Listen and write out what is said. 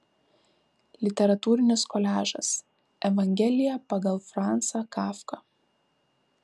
literatūrinis koliažas evangelija pagal francą kafką